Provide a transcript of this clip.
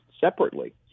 Separately